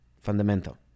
fundamental